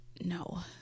No